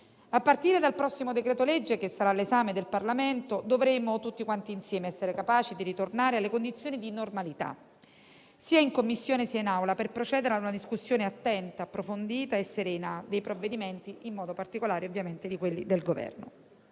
A partire dal prossimo decreto-legge che sarà all'esame del Parlamento, dovremo tutti quanti insieme essere capaci di ritornare alle condizioni di normalità sia in Commissione, sia in Aula per procedere a una discussione attenta, approfondita e serena dei provvedimenti, in modo particolare di quelli del Governo.